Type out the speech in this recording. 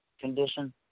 condition